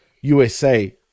USA